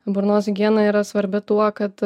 burnos higiena yra svarbi tuo kad